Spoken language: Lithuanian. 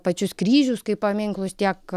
pačius kryžius kaip paminklus tiek